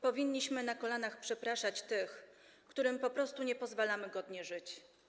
Powinniśmy na kolanach przepraszać tych, którym po prostu nie pozwalamy godnie żyć.